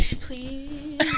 Please